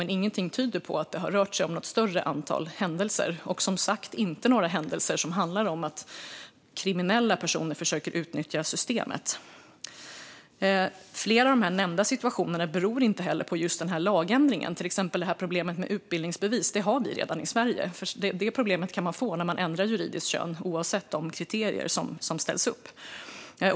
Men ingenting tyder på att det har rört sig om något större antal händelser och, som sagt, några händelser som handlar om att kriminella personer försöker utnyttja systemet. Flera av de nämnda situationerna beror inte heller på just denna lagändring, till exempel problemet med utbildningsbevis. Det har vi redan i Sverige. Detta problem kan man få när man ändrar juridiskt kön oavsett vilka kriterier som ställs upp.